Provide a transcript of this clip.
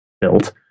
built